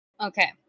Okay